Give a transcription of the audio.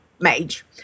mage